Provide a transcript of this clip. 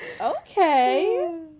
Okay